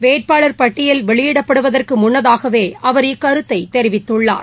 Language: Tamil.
வேட்பாளர் பட்டியல் வெளியிடப்படுவதற்குமுன்னதாகவேஅவர் இக்கருத்தைதெரிவித்துள்ளார்